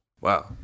wow